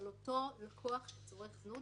על אותו לקוח שצורך זנות.